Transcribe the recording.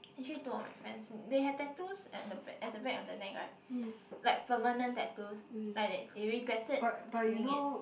actually two of my friends they have tattoos at the back at the back on the neck right like permanent tattoos like they they regretted doing it